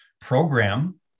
program